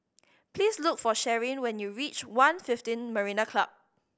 please look for Sharyn when you reach One fifteen Marina Club